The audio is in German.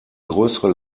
größere